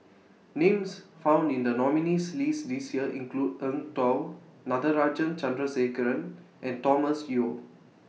Names found in The nominees' list This Year include Eng Tow Natarajan Chandrasekaran and Thomas Yeo